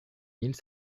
mille